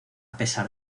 pesar